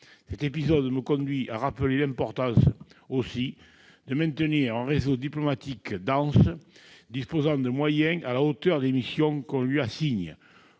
Cet épisode me conduit à rappeler l'importance de maintenir un réseau diplomatique dense, disposant des moyens à la hauteur des missions qu'on lui assigne.